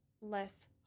less